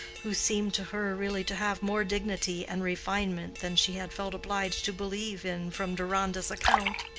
who seemed to her really to have more dignity and refinement than she had felt obliged to believe in from deronda's account.